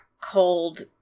cold